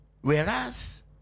Whereas